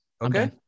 Okay